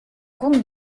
comtes